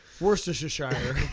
Worcestershire